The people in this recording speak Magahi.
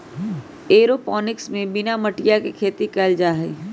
एयरोपोनिक्स में बिना मटिया के खेती कइल जाहई